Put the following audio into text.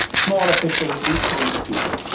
small officials, these kinds of people.